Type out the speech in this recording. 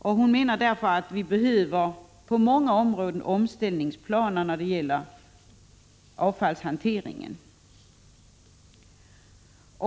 Miljöministern menar att vi på många områden behöver omställningsplaner för avfallshanteringen.